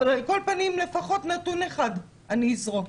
אבל על כל פנים, לפחות נתון אחד אני אזרוק.